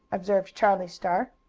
observed charlie star.